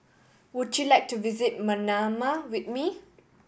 would you like to visit Manama with me